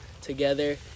together